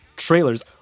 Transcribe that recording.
trailers